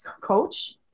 coach